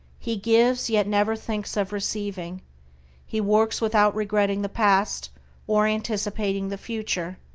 he gives, yet never thinks of receiving he works without regretting the past or anticipating the future,